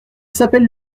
s’appelle